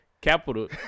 capital